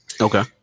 Okay